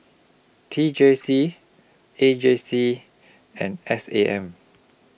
T J C A J C and S A M